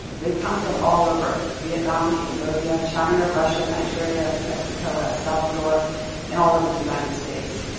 they come from all over, vietnam, cambodia, china, russia, nigeria, mexico, el salvadore and all over the united states.